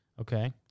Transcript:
Okay